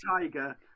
Tiger